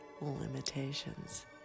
limitations